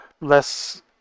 less